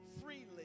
freely